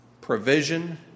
provision